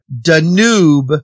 danube